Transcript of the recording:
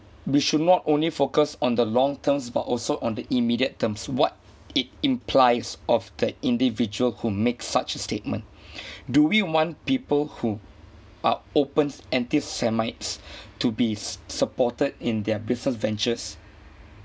we should not only focus on the long terms but also on the immediate terms what it implies of the individual who makes such a statement do we want people who are opens anti-semites to be s~ supported in their business ventures